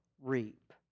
reap